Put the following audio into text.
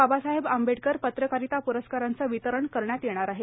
बाबासाहेब आंबेडकर पत्रकारिता पुरस्काराचं वितरण करण्यात येणार आहे